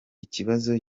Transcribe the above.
ikibazo